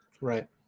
Right